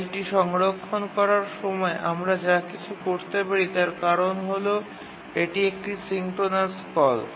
ফাইলটি সংরক্ষণ করার সময় আমরা যা কিছু করতে পারি তার কারণ হল এটি একটি সিঙ্ক্রোনাস কল